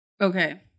okay